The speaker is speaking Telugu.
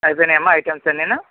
అయిపోయినాయమ్మా ఐటమ్స్ అన్నీను